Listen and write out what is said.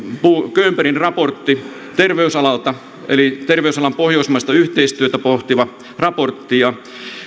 könbergin raportti terveysalalta eli terveysalan pohjoismaista yhteistyötä pohtiva raportti